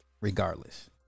regardless